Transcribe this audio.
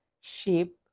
shape